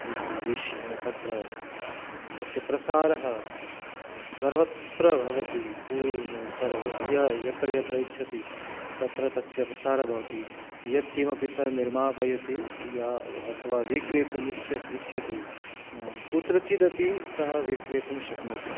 विष् तत्र तस्य प्रसारः सर्वत्र भवति पू यः यत्र यत्र इच्छति तत्र तस्य प्रसारः भवति यत्किमपि सः निर्मापयति अथवा विक्रेतुम् इच्छति कुत्रचिदपि सः विक्रेतुं शक्नोति